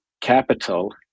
capital